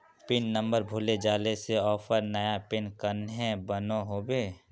Pin number भूले जाले से ऑफर नया पिन कन्हे बनो होबे?